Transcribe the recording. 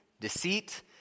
deceit